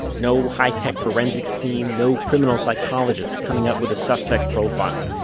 no high-tech forensics team. no criminal psychologists coming up with a suspect profile.